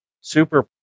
super